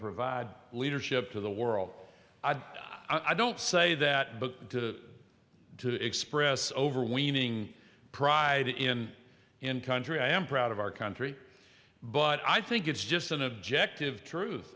provide leadership to the world i don't say that but to to express overweening pride in in country i am proud of our country but i think it's just an objective truth